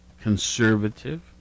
conservative